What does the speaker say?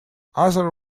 other